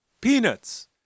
peanuts